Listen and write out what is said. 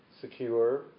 secure